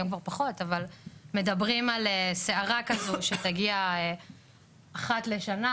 היום כבר פחות אבל מדברים על סערה כזו שתגיע אחת לשנה,